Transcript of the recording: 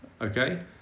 okay